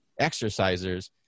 exercisers